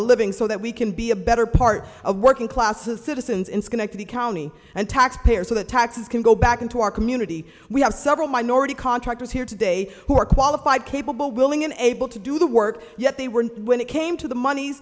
a living so that we can be a better part of working classes citizens in schenectady county and taxpayers so that taxes can go back into our community we have several minority contractors here today who are qualified capable willing and able to do the work yet they were when it came to the mon